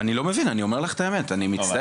אני לא מבין, אני אומר לך את האמת, אני מצטער.